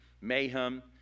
mayhem